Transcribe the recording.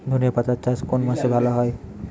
ধনেপাতার চাষ কোন মাসে ভালো হয়?